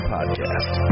Podcast